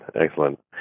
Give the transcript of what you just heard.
Excellent